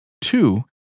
two